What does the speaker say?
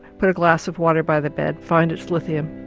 put a glass of water by the bed, find its lithium,